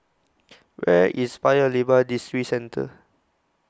Where IS Paya Lebar Districentre